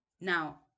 Now